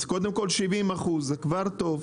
אז קודם כול, 70% זה כבר טוב.